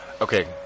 Okay